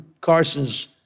carson's